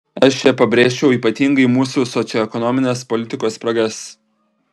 aš čia pabrėžčiau ypatingai mūsų socioekonominės politikos spragas